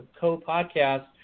co-podcast